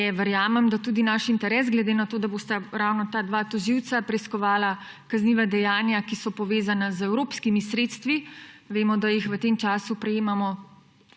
verjamem, da tudi naš interes, glede na to da bosta ravno ta dva tožilca preiskovala kazniva dejanja, ki so povezana z evropskimi sredstvi. Vemo, da jih v temčasu prejemamo